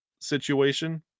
situation